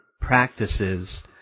practices